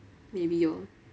maybe orh